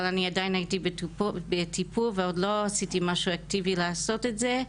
אבל אני עדיין הייתי בטיפול ועוד לא עשיתי משהו אקטיבי לעשות את זה,